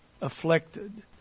afflicted